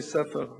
בבתי-ספר אולי,